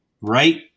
right